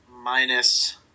Minus